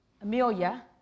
Amelia